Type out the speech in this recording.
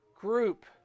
group